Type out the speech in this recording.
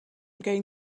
going